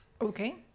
okay